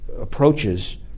approaches